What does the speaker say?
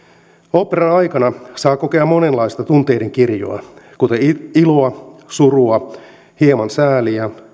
oopperan aikana saa kokea monenlaista tunteiden kirjoa kuten iloa surua hieman sääliä